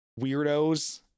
weirdos